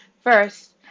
First